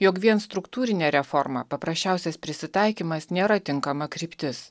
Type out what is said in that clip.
jog vien struktūrinė reforma paprasčiausias prisitaikymas nėra tinkama kryptis